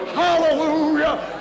hallelujah